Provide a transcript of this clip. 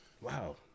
Wow